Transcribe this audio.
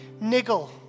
niggle